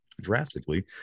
drastically